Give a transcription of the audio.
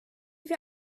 wir